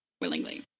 willingly